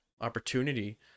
opportunity